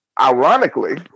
Ironically